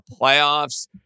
playoffs